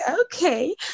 Okay